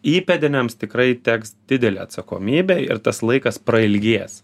įpėdiniams tikrai teks didelė atsakomybė ir tas laikas prailgės